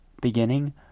beginning